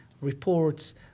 reports